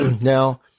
Now